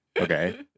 Okay